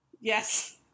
Yes